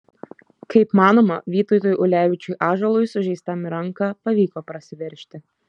kaip manoma vytautui ulevičiui ąžuolui sužeistam į ranką pavyko prasiveržti